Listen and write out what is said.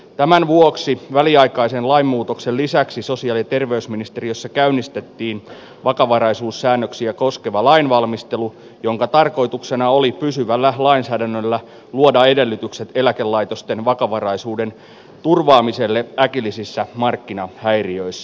tämän vuoksi väliaikaisen lainmuutoksen lisäksi sosiaali ja terveysministeriössä käynnistettiin vakavaraisuussäännöksiä koskeva lainvalmistelu jonka tarkoituksena oli pysyvällä lainsäädännöllä luoda edellytykset eläkelaitosten vakavaraisuuden turvaamiselle äkillisissä markkinahäiriöissä